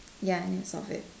ya next topic